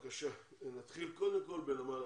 בבקשה, נתחיל קודם עם הנמל.